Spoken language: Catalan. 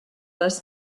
les